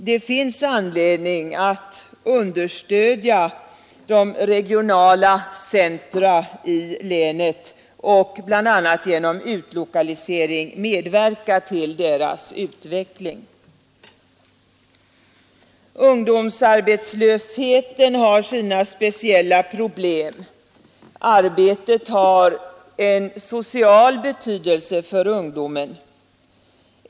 Det finns anledning att stödja regionala centra i länet och att bl.a. genom utlokalisering medverka till deras utveckling. Ungdomsarbetslösheten har sina speciella problem. Arbetet har en social betydelse för ungdomarna.